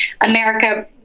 America